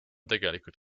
tegelikult